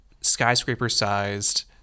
skyscraper-sized